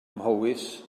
mhowys